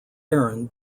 erin